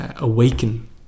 Awaken